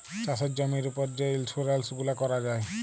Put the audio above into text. চাষের জমির উপর যে ইলসুরেলস গুলা ক্যরা যায়